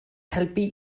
helpu